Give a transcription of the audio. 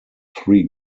three